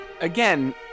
again